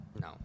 no